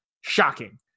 Shocking